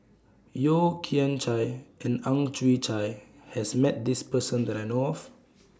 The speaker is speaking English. Yeo Kian Chye and Ang Chwee Chai has Met This Person that I know of